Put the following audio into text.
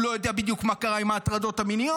הוא לא יודע בדיוק מה קרה עם ההטרדות המיניות,